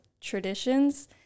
traditions